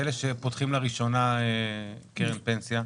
כאלה שפותחים לראשונה קרן פנסיה?